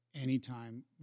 anytime